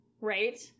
right